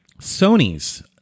Sony's